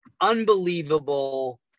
Unbelievable